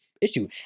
Issue